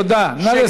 תודה, נא לסיים.